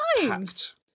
packed